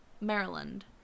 Maryland